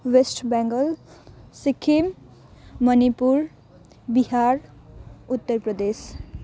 West Bengal Sikkim Manipur Bihar Uttar Pradesh